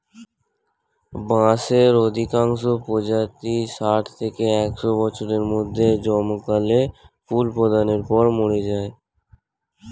বাঁশের অধিকাংশ প্রজাতিই ষাট থেকে একশ বছরের মধ্যে জমকালো ফুল প্রদানের পর মরে যায়